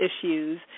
issues